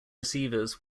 receivers